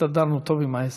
הסתדרנו טוב עם העסק.